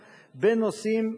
בנושאים,